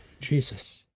Jesus